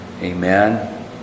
amen